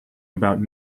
about